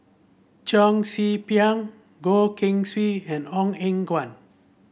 Cheong Si Pieng Goh Keng Swee and Ong Eng Guan